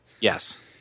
Yes